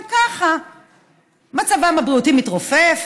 גם ככה מצבם הבריאותי מתרופף,